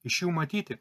iš jų matyti